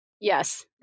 Yes